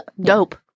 dope